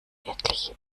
etliche